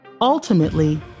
Ultimately